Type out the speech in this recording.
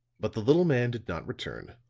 but the little man did not return,